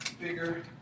bigger